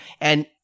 And-